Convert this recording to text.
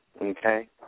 Okay